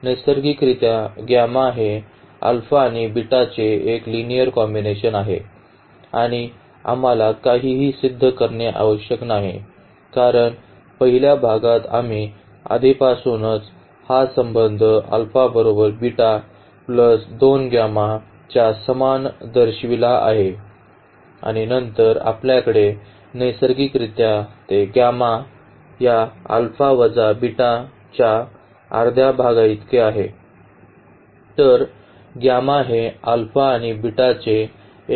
तर नैसर्गिकरित्या गामा हे आणि चे एक लिनिअर कॉम्बिनेशन आहे आणि आम्हाला काहीही सिद्ध करणे आवश्यक नाही कारण पहिल्या भागात आम्ही आधीपासूनच हा संबंध बरोबर प्लस 2 च्या समान दर्शविला आहे आणि नंतर आपल्याकडे नैसर्गिकरित्या ते या वजा च्या अर्ध्या भागाइतके आहे